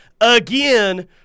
again